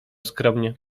skromnie